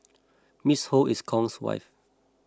Ms Ho is Kong's wife